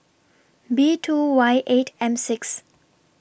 B two Y eight M six